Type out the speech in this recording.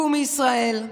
קומי ישראל,